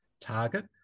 target